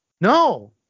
No